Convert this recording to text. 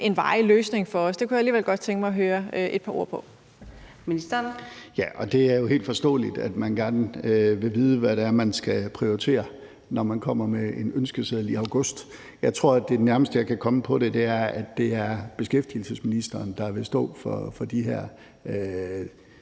Adsbøl): Ministeren. Kl. 14:28 Finansministeren (Nicolai Wammen): Ja, og det er jo helt forståeligt, man gerne vil vide, hvad det er, man skal prioritere, når man kommer med en ønskeseddel i august. Jeg tror, det nærmeste, jeg kan komme på det, er, at det er beskæftigelsesministeren, der vil stå for de her